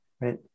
Right